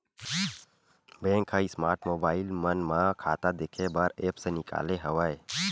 bank ह smart mobile मन म खाता देखे बर ऐप्स निकाले हवय